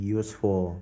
useful